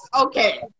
okay